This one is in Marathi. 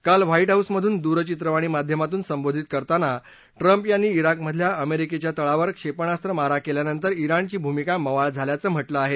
काल व्हाई हाऊसमधून दूरचित्रवाणी माध्यमातून संबोधित करताना ट्रम्प यांनी त्राकमधल्या अमेरिकेच्या तळावर क्षेपणाख मारा केल्यानंतर ्ञाणची भूमिका मवाळ झाल्याचं म्हा ळे आहे